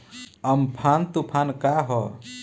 Amphan तुफान का ह?